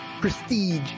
prestige